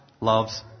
loves